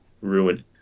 ruined